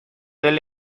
del